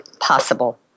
possible